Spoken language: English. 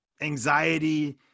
anxiety